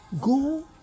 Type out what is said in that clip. Go